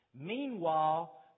Meanwhile